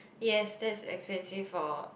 yes that is expensive for